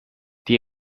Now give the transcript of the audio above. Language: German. die